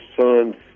son